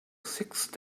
sixth